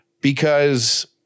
because-